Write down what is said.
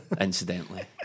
incidentally